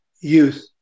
Youth